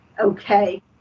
okay